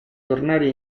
tornare